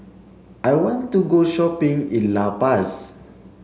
I want to go shopping in La Paz